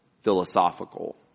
philosophical